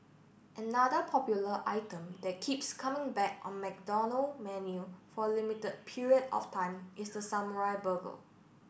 another popular item that keeps coming back on McDonald menu for limited period of time is the samurai burger